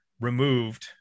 removed